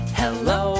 hello